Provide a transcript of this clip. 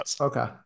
Okay